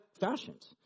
fashions